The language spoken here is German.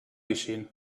geschehen